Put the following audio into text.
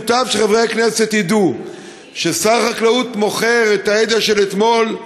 מוטב שחברי הכנסת ידעו שכששר החקלאות מוכר את הידע של אתמול,